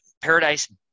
Paradise